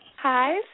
Hi